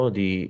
di